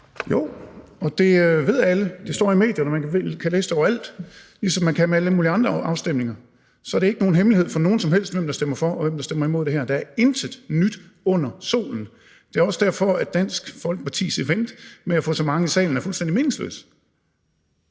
Jo, og det ved alle. Det står i medierne, og man kan læse afstemningsresultatet overalt, ligesom man kan det ved alle mulige andre afstemninger. Det er ikke nogen hemmelighed for nogen som helst, hvem der stemmer for og hvem der stemmer imod det her. Der er intet nyt under solen. Det er også derfor, Dansk Folkepartis event med at få så mange i salen er fuldstændig meningsløs.